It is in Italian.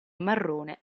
marrone